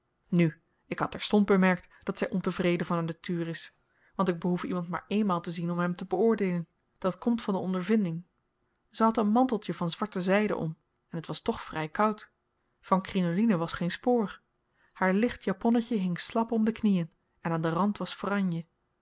nu ik had terstond bemerkt dat zy ontevreden van natuur is want ik behoef iemand maar eenmaal te zien om hem te beoordeelen dat komt van de ondervinding ze had een manteltje van zwarte zyde om en t was toch vry koud van krinoline was geen spoor haar licht japonnetje hing slap om de knieën en aan den rand was franje